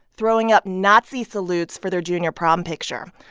throwing up nazi salutes for their junior prom picture.